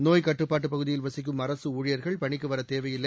நோய்க் கட்டுப்பாட்டுப் பகுதியில் வசிக்கும் அரசு ஊழியர்கள் பணிக்கு வரத் தேவையில்லை